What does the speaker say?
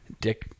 dick